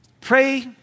pray